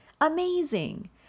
amazing